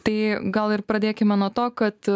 tai gal ir pradėkime nuo to kad